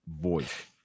voice